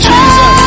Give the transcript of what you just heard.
Jesus